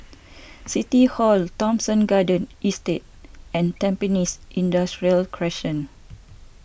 City Hall Thomson Garden Estate and Tampines Industrial Crescent